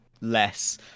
less